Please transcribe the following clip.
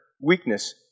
weakness